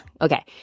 okay